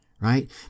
right